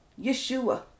Yeshua